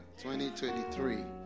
2023